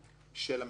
של המדינה.